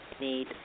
need